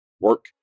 Work